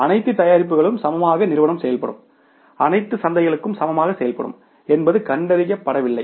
அனைத்து தயாரிப்புகளும் சமமாக நிறுவனம் செயல்படும் அனைத்து சந்தைகளும் சமமாக செயல்படும் என்பது கண்டறியப்படவில்லை